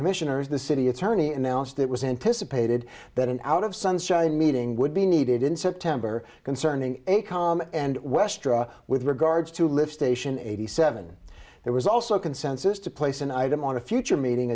commissioners the city attorney announced it was anticipated that an out of sunshine meeting would be needed in september concerning a calm and westra with regards to lift station eighty seven there was also consensus to place an item on a future meeting